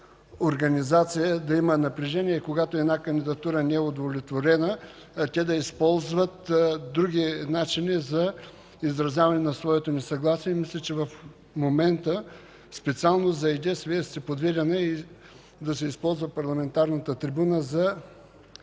да има напрежение, когато една кандидатура не е удовлетворена да използват други начини за изразяване на своето несъгласие. Мисля, че в момента, специално за ИДЕС, Вие сте подведена и да се използва парламентарната трибуна за